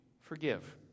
forgive